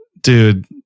Dude